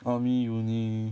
army uni